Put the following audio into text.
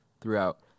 throughout